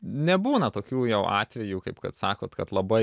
nebūna tokių jau atvejų kaip kad sakot kad labai